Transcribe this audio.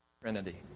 Trinity